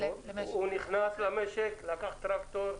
הוא נכנס למשק, לקח טרקטור,